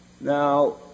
Now